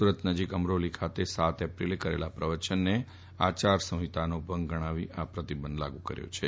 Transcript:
સુરત નજીક અમરોલી ખાતે સાતમી એપ્રિલે કરેલા પ્રવચનને આચાર સંહિતાનો ભંગ ગણાવી આ પ્રતિબંધ મુકથો છે